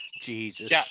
Jesus